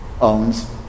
owns